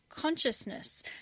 consciousness